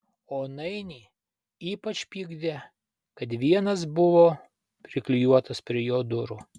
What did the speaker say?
o nainį ypač pykdė kad vienas buvo priklijuotas prie jo durų